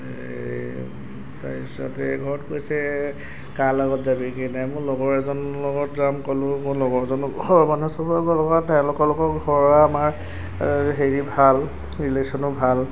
হে তাৰ পিছতে ঘৰত কৈছে কাৰ লগত যাবিগেনে মোৰ লগৰ এজনৰ লগত যাম ক'লো মোৰ লগৰজনৰ ঘৰৰ মানুহ তেওঁলোকৰ লগত ঘৰৰ আমাৰ হেৰি ভাল ৰিলেচনো ভাল